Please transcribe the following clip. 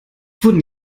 wurden